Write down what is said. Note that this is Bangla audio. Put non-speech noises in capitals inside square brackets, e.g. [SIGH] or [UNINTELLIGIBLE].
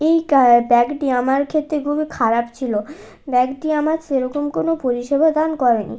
এই [UNINTELLIGIBLE] ব্যাগটি আমার ক্ষেত্রে খুবই খারাপ ছিল ব্যাগটি আমার সেরকম কোনো পরিষেবা দান করেনি